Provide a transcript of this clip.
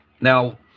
Now